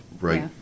right